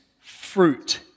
fruit